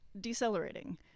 decelerating